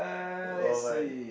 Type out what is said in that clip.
oh right